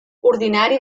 ordinari